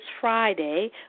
Friday